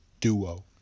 duo